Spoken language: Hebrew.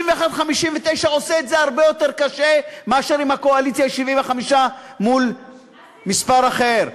59 61 עושה את זה הרבה יותר קשה מאשר אם הקואליציה היא 75 מול מספר אחר.